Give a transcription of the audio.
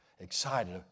excited